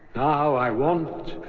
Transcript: now i want